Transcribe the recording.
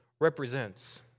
represents